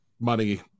money